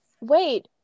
wait